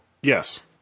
yes